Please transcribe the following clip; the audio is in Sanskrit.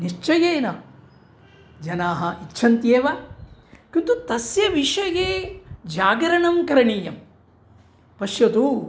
निश्चयेन जनाः इच्छन्त्येव किन्तु तस्य विषये जागरणं करणीयं पश्यतु